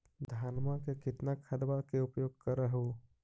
धानमा मे कितना खदबा के उपयोग कर हू?